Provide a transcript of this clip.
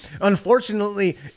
Unfortunately